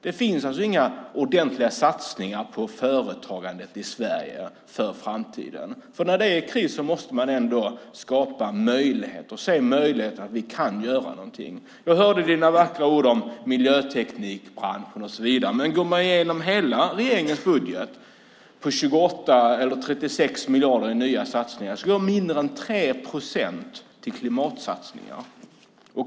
Det finns inga ordentliga satsningar på företagandet i Sverige för framtiden. När det är kris måste man skapa möjligheter och se möjligheter att göra någonting. Jag hörde Karin Pilsäters vackra ord om miljöteknikbranschen. Men om man går igenom hela regeringens budget på 36 miljarder kronor till nya satsningar finner man att mindre än 3 procent går till klimatsatsningar.